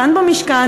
כאן במשכן,